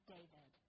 David